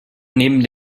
neben